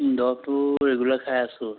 দৰৱটো ৰেগুলাৰ খাই আছোঁ